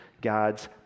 God's